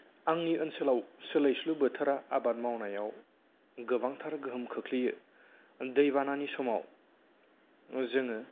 आंनि ओनसोलाव सोलायस्लु बोथोरा आबाद मावनायाव गोबांथार गोहोम खोख्लैयो दैबानानि समाव जोङो